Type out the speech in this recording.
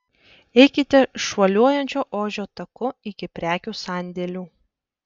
eikite šuoliuojančio ožio taku iki prekių sandėlių